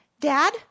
Dad